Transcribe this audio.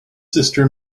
sister